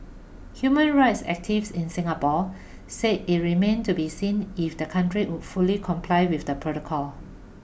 human rights activists in Singapore say it remained to be seen if the country would fully comply with the protocol